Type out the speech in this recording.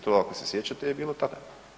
To ako se sjećate je bilo tako.